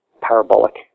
parabolic